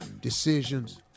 decisions